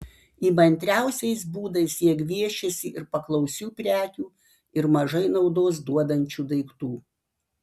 įmantriausiais būdais jie gviešiasi ir paklausių prekių ir mažai naudos duodančių daiktų